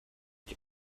die